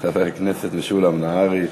חבר הכנסת משולם נהרי.